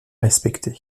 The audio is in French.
respecté